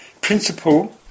principle